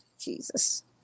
Jesus